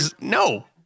No